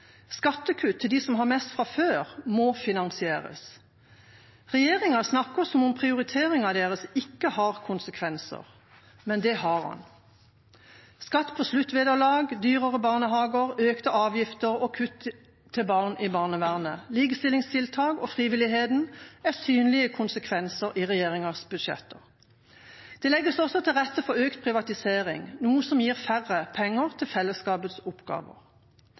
Skattekutt til dem som har mest fra før, må finansieres. Regjeringa snakker som om prioriteringen deres ikke har konsekvenser, men det har den. Skatt på sluttvederlag, dyrere barnehager, økte avgifter og kutt til barn i barnevernet, likestillingstiltak og frivilligheten er synlige konsekvenser i regjeringas budsjetter. Det legges også til rette for økt privatisering, noe som gir færre penger til fellesskapets oppgaver.